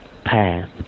path